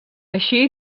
així